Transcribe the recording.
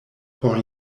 por